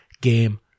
game